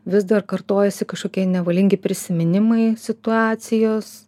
vis dar kartojasi kažkokie nevalingi prisiminimai situacijos